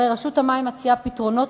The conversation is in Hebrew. הרי רשות המים מציעה פתרונות,